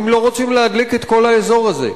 אם לא רוצים להדליק את כל האזור הזה.